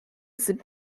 sind